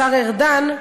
השר ארדן,